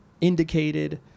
indicated